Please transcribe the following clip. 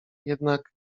jednak